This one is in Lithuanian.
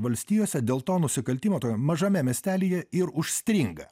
valstijose dėl to nusikaltimo mažame miestelyje ir užstringa